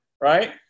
right